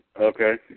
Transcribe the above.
Okay